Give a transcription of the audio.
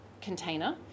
container